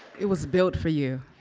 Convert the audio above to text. it was built for you.